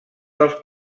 dels